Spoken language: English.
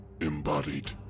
embodied